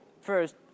first